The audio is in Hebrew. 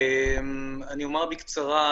אני אומר בקצרה,